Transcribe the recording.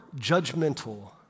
judgmental